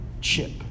chip